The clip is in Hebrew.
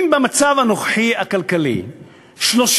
אם במצב הכלכלי הנוכחי